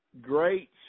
great